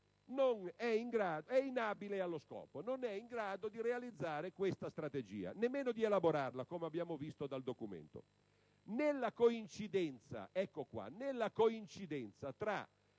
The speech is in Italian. è inabile allo scopo, non è in grado di realizzare questa strategia, nemmeno di elaborarla, come abbiamo visto dal documento. Nella coincidenza tra